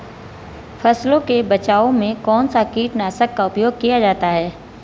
फसलों के बचाव में कौनसा कीटनाशक का उपयोग किया जाता है?